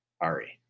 Ari